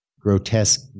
grotesque